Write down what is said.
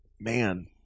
Man